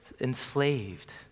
enslaved